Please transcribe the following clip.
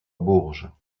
bourges